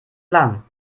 lang